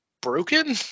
broken